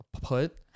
put